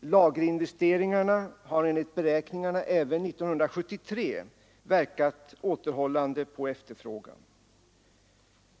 Lagerinvesteringarna har enligt beräkningarna även år 1973 verkat återhållande på efterfrågan.